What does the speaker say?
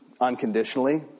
unconditionally